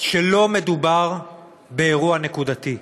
שלא מדובר באירוע נקודתי,